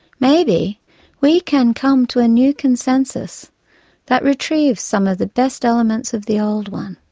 maybe we can come to a new consensus that retrieves some of the best elements of the old one,